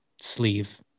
sleeve